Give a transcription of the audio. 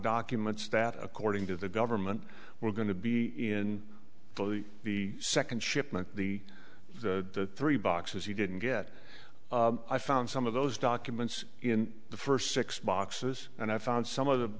documents that according to the government were going to be in the second shipment the the three boxes he didn't get i found some of those documents in the first six boxes and i found some of the